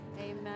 amen